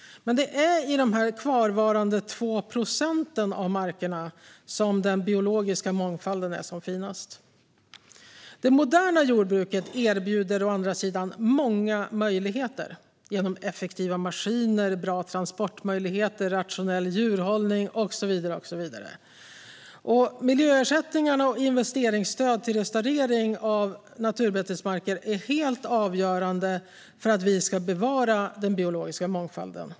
Men det är i de kvarvarande 2 procenten av markerna som den biologiska mångfalden är som finast. Det moderna jordbruket erbjuder å andra sidan många möjligheter genom effektiva maskiner, bra transportmöjligheter, rationell djurhållning och så vidare. Miljöersättningarna och investeringsstöd till restaurering av naturbetesmarker är helt avgörande för att vi ska bevara den biologiska mångfalden.